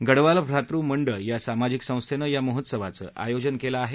गढवाल भ्रात मंडळ या सामाजिक संस्थेनं या महोत्सवाचं आयोजन केलं आहे